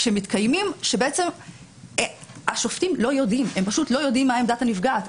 שבעצם השופטים לא יודעים מה עמדת הנפגעת.